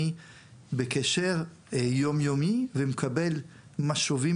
אני בקשר יום-יומי ומקבל משובים